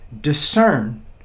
discern